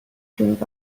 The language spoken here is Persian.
جنوب